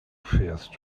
fährst